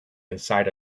inside